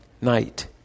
Night